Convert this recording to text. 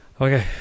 Okay